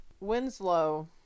Winslow